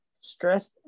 Stress